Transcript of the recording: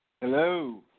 Hello